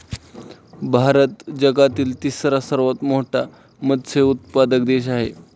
भारत जगातील तिसरा सर्वात मोठा मत्स्य उत्पादक देश आहे